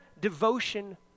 devotion